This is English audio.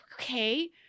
okay